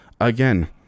Again